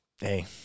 Hey